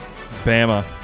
Bama